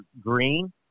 green